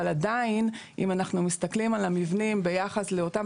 אבל עדיין אם אנחנו מסתכלים על המבנים ביחס לאותם